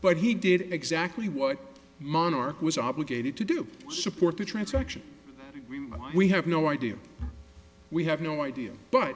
but he did exactly what monarch was obligated to do support the transaction we we have no idea we have no idea but